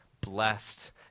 blessed